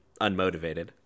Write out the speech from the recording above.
unmotivated